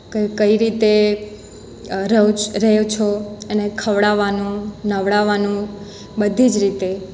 કઈ કઈ રીતે રહે છો એને ખવડાવવાનું નવડાવવાનું બધી જ રીતે